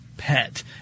Pet